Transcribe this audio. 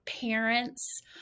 parents